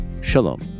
Shalom